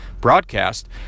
broadcast